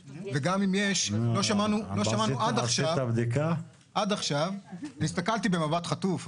כמה, מדיניות, תביעות, עררים, סיפורים, מלחמות.